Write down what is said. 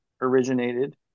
originated